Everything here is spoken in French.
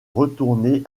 retourner